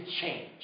change